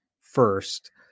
first